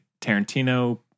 Tarantino